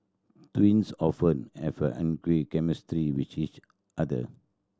twins often have angry chemistry with each other